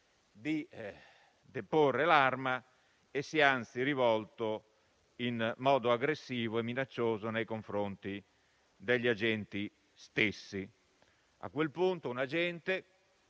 di deporre l'arma e anzi si è rivolto in modo aggressivo e minaccioso nei confronti degli agenti stessi. A quel punto un agente,